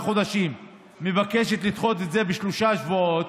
חודשים ומבקשת לדחות את זה בשלושה שבועות,